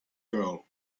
girl